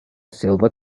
silver